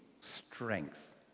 strength